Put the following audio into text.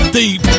deep